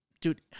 Dude